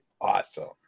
awesome